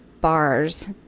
bars